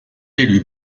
élu